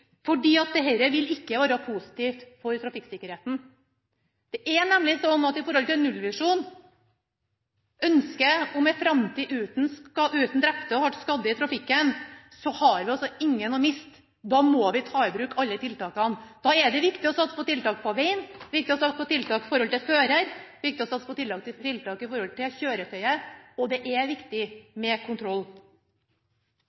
vil ikke være positivt for trafikksikkerheten. Det er nemlig sånn at ut fra nullvisjonen, ønsket om en framtid uten drepte og hardt skadde i trafikken, har vi ingen å miste. Da må vi ta i bruk alle tiltakene. Da er det viktig å satse på tiltak på veg, viktig å satse på tiltak i forhold til fører, viktig å satse på tiltak i forhold til kjøretøyet, og det er viktig